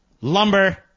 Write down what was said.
lumber